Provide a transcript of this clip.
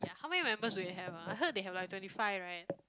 how many members do they have ah I heard they have like twenty five right